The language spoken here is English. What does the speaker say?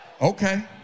okay